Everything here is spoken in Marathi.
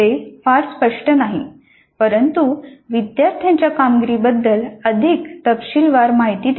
ते फार स्पष्ट नाही परंतु विद्यार्थ्यांच्या कामगिरीबद्दल अधिक तपशीलवार माहिती देते